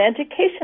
education